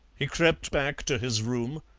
he crept back to his room,